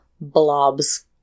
Blobs